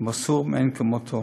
ומסור מאין כמותו.